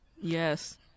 Yes